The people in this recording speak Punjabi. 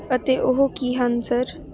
ਅਤੇ ਉਹ ਕੀ ਹਨ ਸਰ